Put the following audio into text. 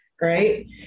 right